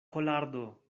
kolardo